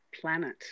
planet